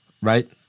right